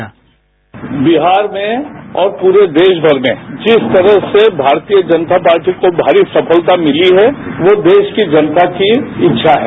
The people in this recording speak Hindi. साउंड बाईट बिहार में और पूरे देशमर में जिस तरह से भारतीय जनता पार्टी को भारी सफलता मिली है वो देश की जनता की इच्छा है